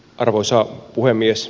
arvoisa puhemies